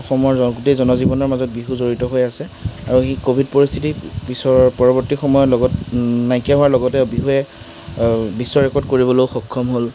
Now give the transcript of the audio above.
অসমৰ গোটেই জনজীৱনৰ মাজত বিহু জড়িত হৈ আছে আৰু সেই কভিড পৰিস্থিতি পিছৰ পৰৱৰ্তী সময়ৰ লগত নাইকিয়া হোৱাৰ লগতে বিহুৱে বিশ্ব ৰেকৰ্ড কৰিবলৈও সক্ষম হ'ল